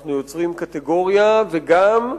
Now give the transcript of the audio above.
אנחנו יוצרים קטגוריה וגם,